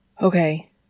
Okay